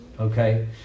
Okay